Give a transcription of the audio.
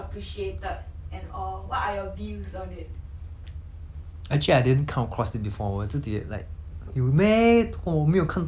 actually I didn't come across the 我自己 like 有 meh 怎么我没有看到的 but then hor 真的 meh